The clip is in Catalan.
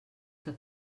que